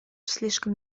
слишком